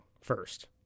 first